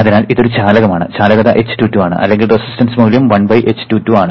അതിനാൽ ഇതൊരു ചാലകമാണ് ചാലകത h22 ആണ് അല്ലെങ്കിൽ റെസിസ്റ്റൻസ് മൂല്യം 1 h22 ആണ്